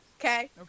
okay